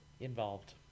involved